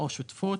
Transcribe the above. או שותפות,